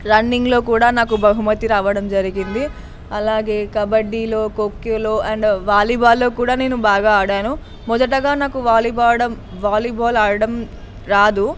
రన్నింగ్లో కూడా నాకు బహుమతి రావడం జరిగింది అలాగే కబడ్డీలో ఖోఖోలో అండ్ వాలీబాల్లో కూడా నేను బాగా ఆడాను మొదటగా నాకు వాలిబాడం వాలీబాల్ ఆడడం రాదు